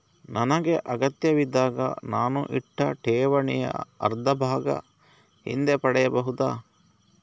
ನನಗೆ ಅಗತ್ಯವಿದ್ದಾಗ ನಾನು ಇಟ್ಟ ಠೇವಣಿಯ ಅರ್ಧಭಾಗ ಹಿಂದೆ ಪಡೆಯಬಹುದಾ?